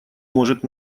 может